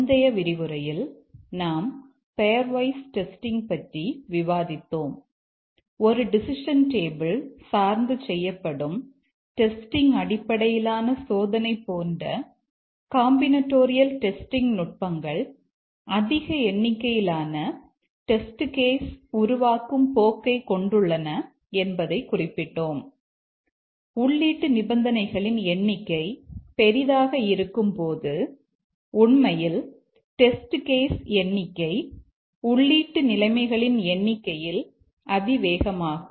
முந்தைய விரிவுரையில் நாம் பெயர்வைஸ் டெஸ்டிங் எண்ணிக்கை உள்ளீட்டு நிலைமைகளின் எண்ணிக்கையில் அதிவேகமாகும்